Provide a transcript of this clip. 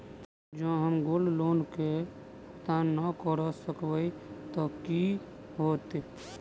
जँ हम gold loan केँ भुगतान न करऽ सकबै तऽ की होत?